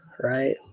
right